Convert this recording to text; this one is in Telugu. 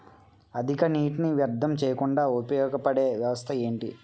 అధిక నీటినీ వ్యర్థం చేయకుండా ఉపయోగ పడే వ్యవస్థ ఏంటి